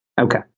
Okay